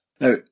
Now